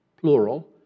plural